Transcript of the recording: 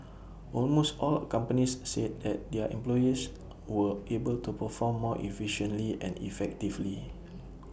almost all companies said that their employees were able to perform more efficiently and effectively